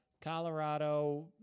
Colorado